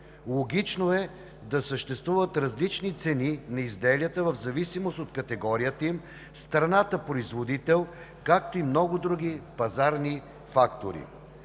Логично е да съществуват различни цени на изделията в зависимост от категорията им, страната производител, както и много други пазарни фактори.